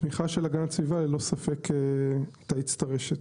תמיכה של המשרד להגנת הסביבה ללא ספק תאיץ את הרשת.